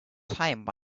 time